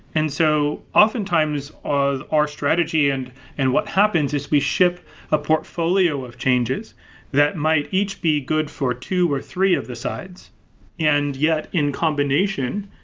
and so oftentimes, our strategy and and what happens is we ship a portfolio of changes that might each be good for two or three of the sides and, yet, in combination,